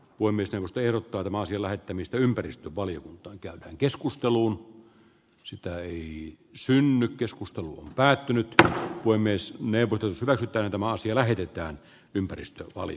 voimistelu tero tarman sillä että mistä ympäristövaliokuntaan käytyyn keskusteluun sitä ei synny keskustelu on päätynyt tähän voi myös levoton selvä jolloin pienet liikkeet tietenkin häviävät tässä